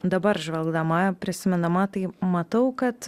dabar žvelgdama prisimenama tai matau kad